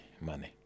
money